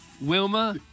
Wilma